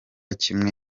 kimwe